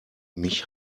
mich